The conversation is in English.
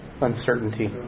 uncertainty